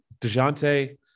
Dejounte